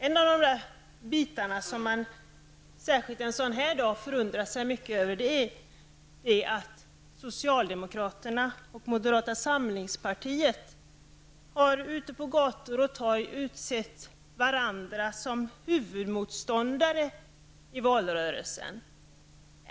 En av de bitar som man särskilt en sådan här dag förundras mycket över är att socialdemokraterna och moderata samlingspartiet har ute på gator och torg utsett varandra till huvudmotståndare i valrörelsen.